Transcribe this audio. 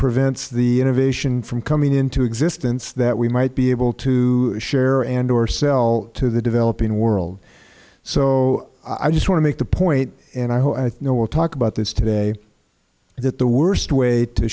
prevents the innovation from coming into existence that we might be able to share and or sell to the developing world so i just want to make the point and i know that we will talk about this today that the worst way to